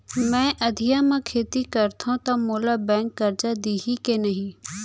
मैं अधिया म खेती करथंव त मोला बैंक करजा दिही के नही?